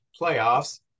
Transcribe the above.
playoffs